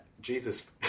Jesus